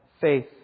faith